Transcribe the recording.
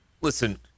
listen